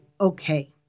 okay